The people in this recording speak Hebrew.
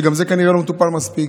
וזה לא מטופל מספיק,